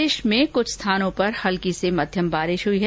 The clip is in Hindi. प्रदेश में कुछ स्थानों पर हल्की से मध्यम वर्षा हुई है